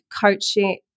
coaching